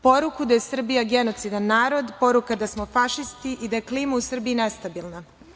Poruku da je Srbija genocidan narod, poruku da smo fašisti i da je klima u Srbiji nestabilna.